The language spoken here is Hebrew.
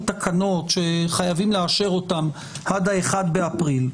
תקנות שחייבים לאשר אותן עד ה-1 באפריל,